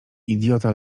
idiota